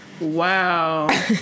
wow